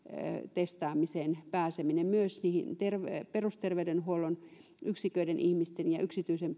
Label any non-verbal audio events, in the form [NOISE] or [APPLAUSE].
testaamiseen pääseminen myös perusterveydenhuollon yksiköiden ihmisten ja yksityisen [UNINTELLIGIBLE]